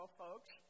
folks